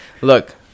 Look